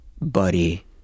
buddy